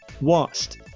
washed